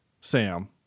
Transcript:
Sam